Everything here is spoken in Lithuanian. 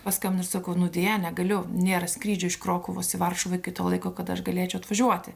paskambinau ir sakau nu deja negaliu nėra skrydžių iš krokuvos į varšuvą iki to laiko kad aš galėčiau atvažiuoti